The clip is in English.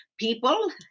people